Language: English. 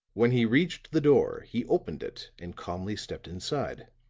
when he reached the door he opened it and calmly stepped inside.